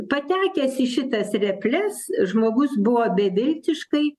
patekęs į šitas reples žmogus buvo beviltiškai